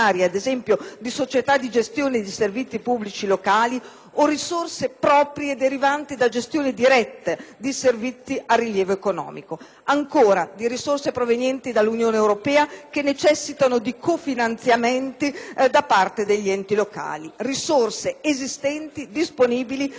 le risorse proprie derivanti da gestioni dirette di servizi a rilievo economico; ancora, le risorse provenienti dall'Unione europea che necessitano di cofinanziamenti da parte degli enti locali; le risorse esistenti, disponibili, non provenienti da prelievi fiscali ma non spendibili a causa del vincolo